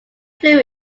flew